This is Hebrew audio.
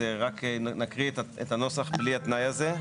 אז רק נקריא את הנוסח בלי התנאי הזה.